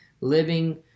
living